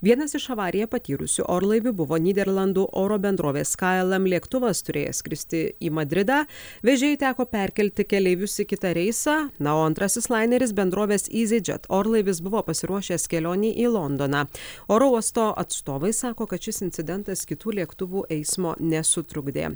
vienas iš avariją patyrusių orlaivių buvo nyderlandų oro bendrovės kaėlam lėktuvas turėjęs skristi į madridą vežėjui teko perkelti keleivius į kitą reisą na o antrasis laineris bendrovės yzy džet orlaivis buvo pasiruošęs kelionei į londoną oro uosto atstovai sako kad šis incidentas kitų lėktuvų eismo nesutrukdė